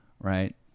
Right